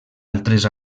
altres